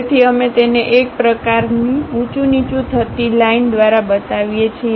તેથી અમે તેને એક પ્રકારની ઉચુંનીચું થતું લાઇન દ્વારા બતાવીએ છીએ